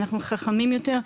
אנחנו חכמים יותר,